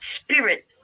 spirit